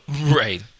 Right